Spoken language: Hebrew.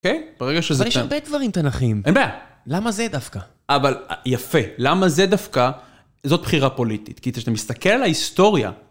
אוקי. אבל יש הרבה דברים תנכים, למה זה דווקא? אבל יפה, למה זה דווקא, זאת בחירה פוליטית, כי כשאתה מסתכל על ההיסטוריה...